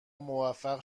موفق